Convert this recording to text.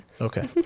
Okay